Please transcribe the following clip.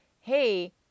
Hey